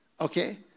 Okay